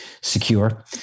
secure